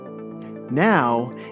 Now